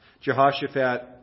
Jehoshaphat